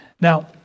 Now